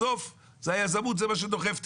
בסוף יזמות זה מה שדוחף תכנון.